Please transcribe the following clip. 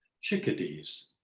chickadees,